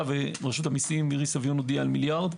ורשות המיסים מירי סביון הודיעה על מיליארד.